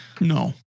No